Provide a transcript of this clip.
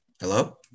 Hello